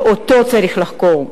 שאותו צריך לחקור.